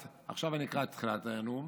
עכשיו אני אקרא את תחילת הנאום,